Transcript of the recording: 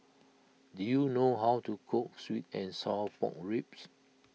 do you know how to cook Sweet and Sour Pork Ribs